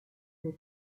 des